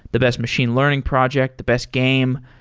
the best machine learning project, the best game.